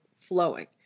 flowing